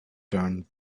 turned